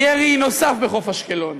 ירי נוסף בחוף אשקלון,